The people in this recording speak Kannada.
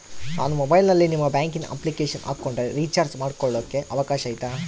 ನಾನು ಮೊಬೈಲಿನಲ್ಲಿ ನಿಮ್ಮ ಬ್ಯಾಂಕಿನ ಅಪ್ಲಿಕೇಶನ್ ಹಾಕೊಂಡ್ರೆ ರೇಚಾರ್ಜ್ ಮಾಡ್ಕೊಳಿಕ್ಕೇ ಅವಕಾಶ ಐತಾ?